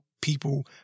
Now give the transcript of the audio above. people